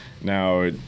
Now